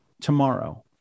tomorrow